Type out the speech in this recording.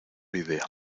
idea